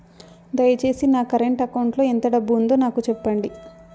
దయచేసి నా current account లో ఎంత డబ్బు ఉందో నాకు సెప్పండి